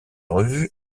revue